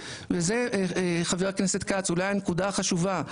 שזה חבר הכנסת כץ אולי הנקודה החשובה,